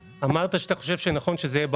אמרת שאתה חושב שנכון שזה יהיה בחוק.